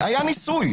היה ניסוי.